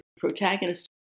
Protagonist